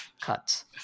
cuts